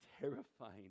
terrifying